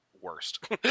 worst